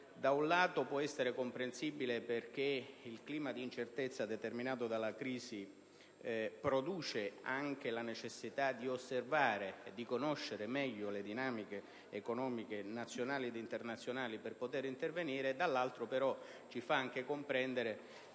da un lato, possono essere comprensibili perché il clima di incertezza determinato dalla crisi produce anche la necessità di osservare e conoscere meglio le dinamiche economiche nazionali ed internazionali per poter intervenire, dall'altro, però ci fanno anche comprendere